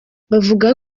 bavuga